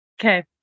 Okay